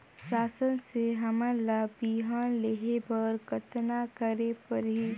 शासन से हमन ला बिहान लेहे बर कतना करे परही?